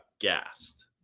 gassed